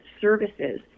services